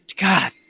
God